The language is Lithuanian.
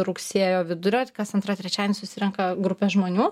rugsėjo vidurio tai kas antrą trečiadienį susirenka grupė žmonių